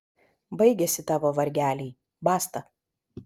baigėsi tavo vargeliai basta